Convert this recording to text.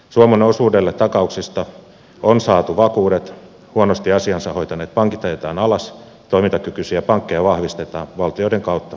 suomen osuudelle takauksista on saatu vakuudet huonosti asiansa hoitaneet pankit ajetaan alas toimintakykyisiä pankkeja vahvistetaan valtioiden kautta